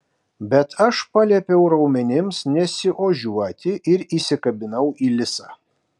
bet aš paliepiau raumenims nesiožiuoti ir įsikabinau į lisą